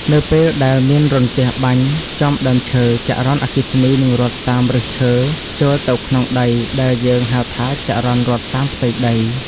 នៅពេលដែលមានរន្ទះបាញ់ចំដើមឈើ ចរន្តអគ្គិសនីនឹងរត់តាមឫសឈើចូលទៅក្នុងដីដែលយើងហៅថាចរន្តរត់តាមផ្ទៃដី។